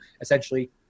essentially